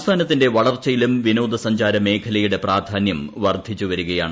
സംസ്ഥാനത്തിന്റെ വളർച്ചയിലും വിനോദ സഞ്ചാര മേഖലയുടെ പ്രാധാന്യം വർധിച്ചുവരികയാണ്